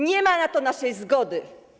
Nie ma na to naszej zgody.